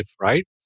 right